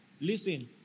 Listen